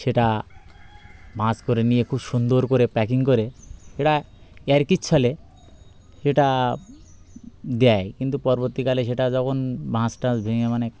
সেটা ভাঁজ করে নিয়ে খুব সুন্দর করে প্যাকিং করে সেটা ইয়ার্কির ছলে সেটা দেয় কিন্তু পরবর্তীকালে সেটা যখন ভাঁজটা ভেঙে মানে